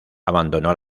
abandonó